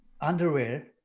underwear